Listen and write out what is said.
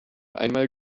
einmal